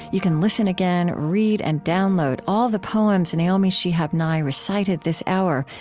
you can listen again, read, and download all the poems naomi shihab nye recited this hour,